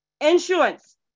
Insurance